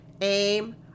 aim